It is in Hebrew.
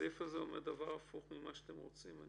הסעיף הזה אומר דבר הפוך ממה שאתם רוצים.